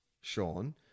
Sean